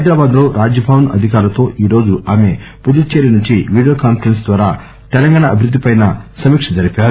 హైదరాబాద్ లో రాజ్ భవన్ అధికారులతో ఈరోజు ఆమె పుదుచ్చేరి నుంచి వీడియో కాన్పరెస్స్ ద్వారా తెలంగాణ అభివృద్దిపై సమీక్ష జరిపారు